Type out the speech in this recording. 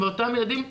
אותם ילדים,